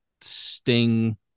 Sting